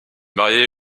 mariée